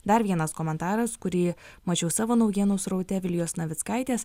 dar vienas komentaras kurį mačiau savo naujienų sraute vilijos navickaitės